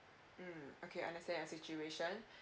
mm okay understand your situation